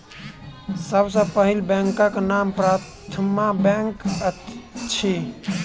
सभ सॅ पहिल बैंकक नाम प्रथमा बैंक अछि